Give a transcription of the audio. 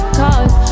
cause